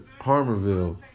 Harmerville